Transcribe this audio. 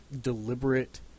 deliberate